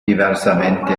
diversamente